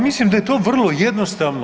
mislim da je to vrlo jednostavno.